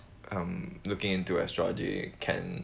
um looking into extra they can